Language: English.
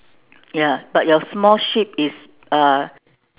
ya but your small sheep is uh